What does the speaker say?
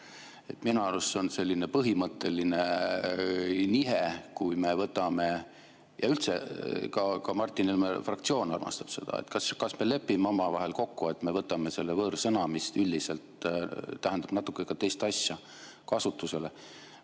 Minu arust see on selline põhimõtteline nihe, kui me [seda kasutame], ja üldse ka Martin Helme fraktsioon armastab seda. Kas me lepime omavahel kokku, et me võtame selle võõrsõna, mis üldiselt tähendab natuke teist asja, kasutusele